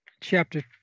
chapter